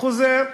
חוזר,